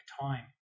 time